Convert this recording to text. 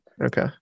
Okay